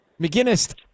McGinnis